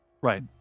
right